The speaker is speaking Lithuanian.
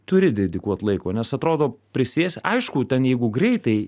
turi dedikuot laiko nes atrodo prisėsti aišku ten jeigu greitai